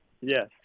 Yes